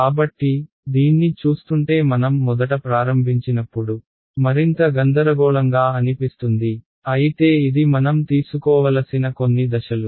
కాబట్టి దీన్ని చూస్తుంటే మనం మొదట ప్రారంభించినప్పుడు మరింత గందరగోళంగా అనిపిస్తుంది అయితే ఇది మనం తీసుకోవలసిన కొన్ని దశలు